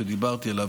שדיברתי עליו,